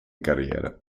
carriera